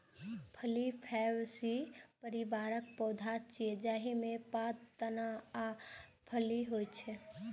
फली फैबेसी परिवारक पौधा छियै, जाहि मे पात, तना आ फली होइ छै